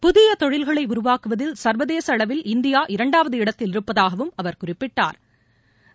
புதியதொழில்களைஉருவாக்குவதில் சா்வதேசஅளவில் இந்தியா இரண்டாவது இடத்தில் இருப்பதாகவும் அவர் குறிப்பிட்டா்